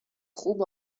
خوب